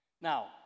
now